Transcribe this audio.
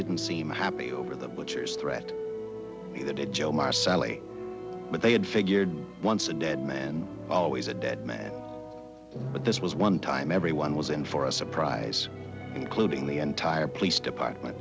didn't seem happy over the butcher's threat neither did joe my sally but they had figured once a dead man always a dead man but this was one time everyone was in for a surprise including the entire police department